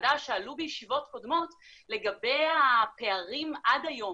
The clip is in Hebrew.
הוועדה שעלו בישיבות קודמות לגבי הפערים עד היום